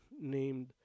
named